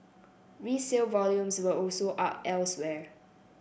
resale volumes were also up elsewhere